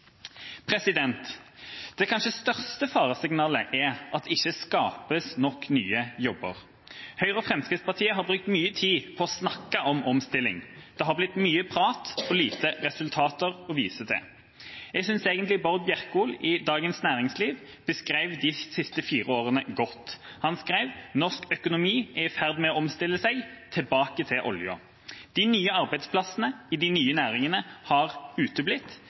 Det kanskje største faresignalet er at det ikke skapes nok nye jobber. Høyre og Fremskrittspartiet har brukt mye tid på å snakke om omstilling. Det har blitt mye prat, men lite resultater å vise til. Jeg synes Bård Bjerkholt i Dagens Næringsliv beskrev de fire siste årene godt. Han skrev: «Norsk økonomi er i ferd med å omstille seg. Tilbake til olje.» De nye arbeidsplassene i de nye næringene har uteblitt.